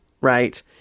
right